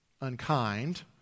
unkind